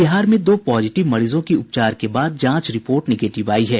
बिहार में दो पॉजिटिव मरीजों की उपचार के बाद जांच रिपोर्ट निगेटिव आयी है